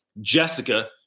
Jessica